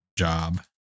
Job